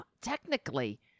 Technically